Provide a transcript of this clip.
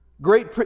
Great